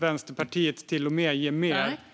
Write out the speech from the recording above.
Vänsterpartiet vill till och med ge mer.